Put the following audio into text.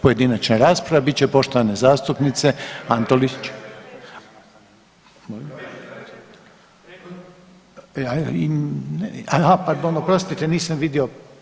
Pojedinačna rasprava bit će poštovane zastupnice Antolić. … [[Upadica se ne razumije.]] Oprostite, nisam vidio.